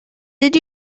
did